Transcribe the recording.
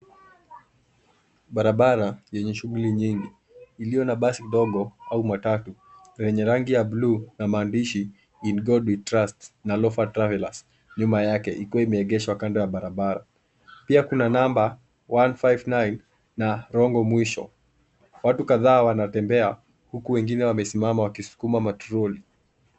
Barabara yenye shughuli nyingi iliyo na basi dogo au matatu lenye rangi ya bluu na maandishi in God we trust na ¡ofer travelers nyuma yake ikiwa imeegezwa kando ya barabara. Pia kuna namba 159 na rongo mwishoni. Watu kadhaa wanatembea huku wengine wamesimama wakisukuma matroli.